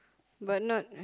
but not